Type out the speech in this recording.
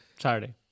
Saturday